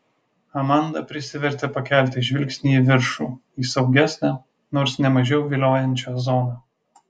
amanda prisivertė pakelti žvilgsnį į viršų į saugesnę nors ne mažiau viliojančią zoną